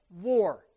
war